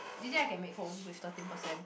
do you think I can make home with thirteen percent